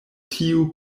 tiu